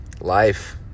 life